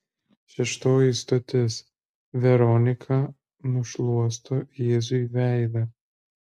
šeštoji stotis veronika nušluosto jėzui veidą